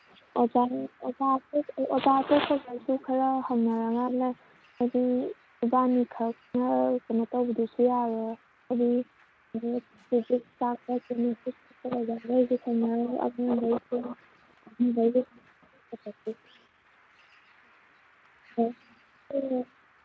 ꯑꯣꯖꯥꯉꯩ ꯑꯣꯖꯥ ꯑꯇꯩ ꯑꯣꯖꯥ ꯑꯇꯩꯁꯨ ꯈꯔ ꯍꯪꯅꯔꯀꯥꯟꯗ ꯍꯥꯏꯗꯤ ꯏꯕꯥꯅꯤꯈꯛꯅ ꯀꯩꯅꯣ ꯇꯧꯕꯗꯨꯁꯨ ꯌꯥꯔꯣꯏ ꯑꯗꯨ ꯐꯤꯖꯤꯛꯁ ꯇꯥꯛꯄ ꯀꯦꯃꯦꯁꯇ꯭ꯔꯤ ꯇꯥꯛꯄ